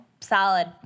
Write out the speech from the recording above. Solid